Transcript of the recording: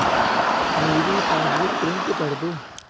मेरी passbook print कर दो